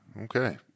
Okay